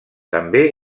també